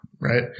right